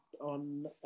on